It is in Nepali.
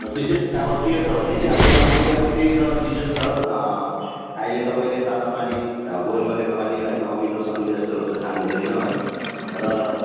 र विशेष अब के छ भने नि अब अहिले अब त्यही छ सिजन छ अहिले तपाईँले तातो पानी बोइल गरेको पानी है अमिलो समिलो यस्तोहरू त खानु हुँदैन है र